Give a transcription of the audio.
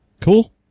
Cool